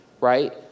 right